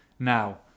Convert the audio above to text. Now